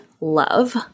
love